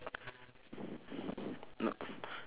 no